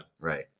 Right